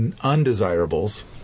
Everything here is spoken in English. undesirables